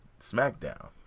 SmackDown